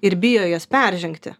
ir bijo jas peržengti